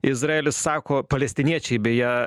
izraelis sako palestiniečiai beje